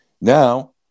Now